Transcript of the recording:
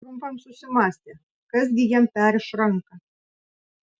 trumpam susimąstė kas gi jam perriš ranką